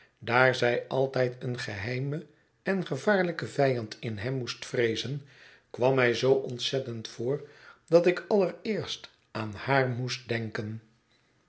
daar zij altijd een geheimen en gevaarlijken vijand in hem moest vreezen kwam mij zoo ontzettend voor dat ik allereerst aan haar moest denken